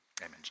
Amen